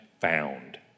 found